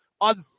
on